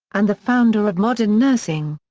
and the founder of modern nursing.